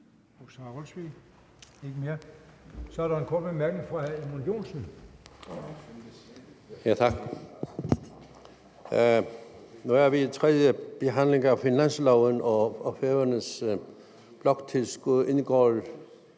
Nu er vi ved tredjebehandlingen af finansloven, og Færøernes bloktilskud indgår